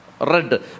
Red